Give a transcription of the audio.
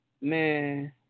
man